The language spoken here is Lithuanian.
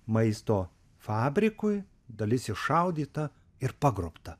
maisto fabrikui dalis iššaudyta ir pagrobta